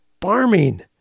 farming